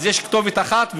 אז יש כתובת אחת,